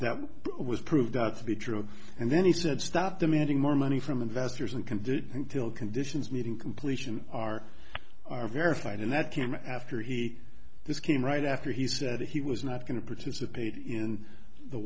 that was proved out to be true and then he said stop demanding more money from investors and can didn't think till conditions meeting completion are our verified and that came after he this came right after he said he was not going to participate in the